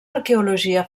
arqueologia